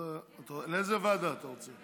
לאיזה ועדה אתה רוצה?